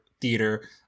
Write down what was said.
theater